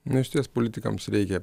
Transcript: na išties politikams reikia